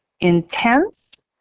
intense